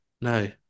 No